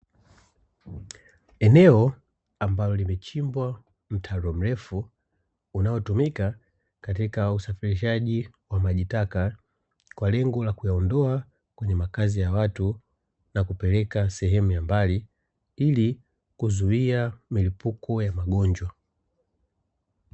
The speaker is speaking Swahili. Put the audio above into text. Eneo ambalo limechimbwa mtaro mrefu, unaotumika katika usafirishaji wa maji taka, kwa lengo la kuyaondoa kwenye makazi ya watu na kupeleka sehemu ya mbali ili kuzuia miripuko ya magonjwa.